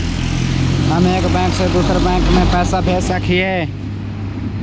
हम एक बैंक से दुसर बैंक में पैसा भेज सक हिय?